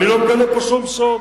אני לא מגלה פה שום סוד.